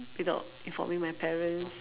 without informing my parents